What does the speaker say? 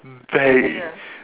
mm very